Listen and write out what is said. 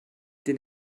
den